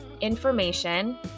information